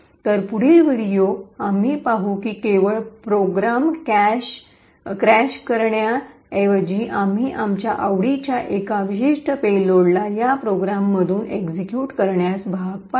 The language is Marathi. तर पुढील व्हिडिओ आम्ही पाहू की केवळ प्रोग्राम क्रॅश करण्याऐवजी आम्ही आमच्या आवडीच्या एका विशिष्ट पेलोडला या प्रोग्राममधून एक्सिक्यूट करण्यास भाग पाडू